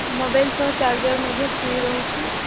mobile ସହ charger ମଧ୍ୟ free ରହୁଛି